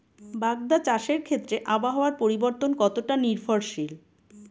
বাগদা চাষের ক্ষেত্রে আবহাওয়ার পরিবর্তন কতটা নির্ভরশীল?